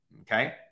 Okay